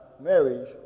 marriage